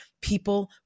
people